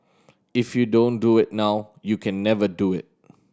if you don't do it now you can never do it